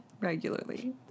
regularly